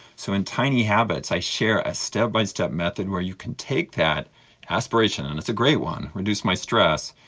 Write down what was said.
so in tiny habits i share a step-by-step method where you can take that aspiration, and it's a great one, reduce my stress,